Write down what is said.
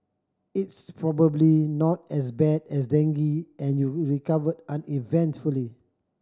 it's probably not as bad as dengue and you recover uneventfully